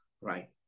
right